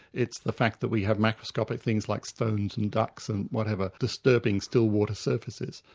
it's the fact that we have macroscopic things like stones and ducks and whatever disturbing still-water surfaces.